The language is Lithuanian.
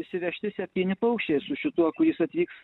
įsivežti septyni paukščiai su šituo kuris atvyks